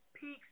Peaks